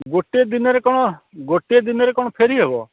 ଗୋଟିଏ ଦିନରେ କ'ଣ ଗୋଟିଏ ଦିନରେ କ'ଣ ଫେରି ହବ